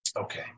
Okay